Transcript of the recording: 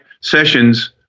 sessions